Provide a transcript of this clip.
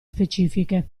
specifiche